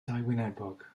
dauwynebog